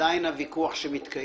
עדיין הוויכוח שמתקיים